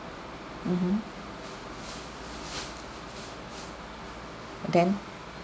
mmhmm then